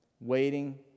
waiting